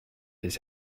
his